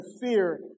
fear